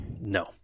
No